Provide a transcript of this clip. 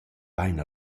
bain